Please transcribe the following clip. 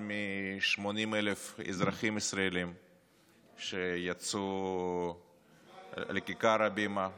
מ-80,000 אזרחים ישראלים שיצאו לכיכר הבימה להפגין.